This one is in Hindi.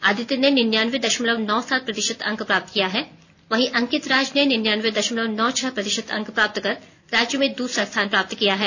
आदित्य ने निन्यानब्बे दशमलव नौ सात प्रतिशत अंक प्राप्त किया है वहीं अंकित राज ने निन्यानब्बे दशमलव नौ छह प्रतिशत अंक प्राप्त कर राज्य में दूसरा स्थान प्राप्त किया है